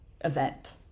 event